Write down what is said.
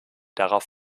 darauf